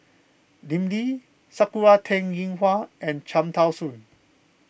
Lim Lee Sakura Teng Ying Hua and Cham Tao Soon